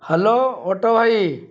hello auto ଭାଇ